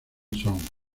songs